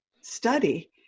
study